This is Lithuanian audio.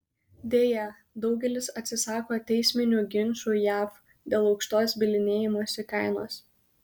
deja daugelis atsisako teisminių ginčų jav dėl aukštos bylinėjimosi kainos